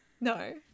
No